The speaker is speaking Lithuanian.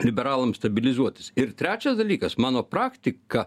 liberalam stabilizuotis ir trečias dalykas mano praktika